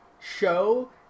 show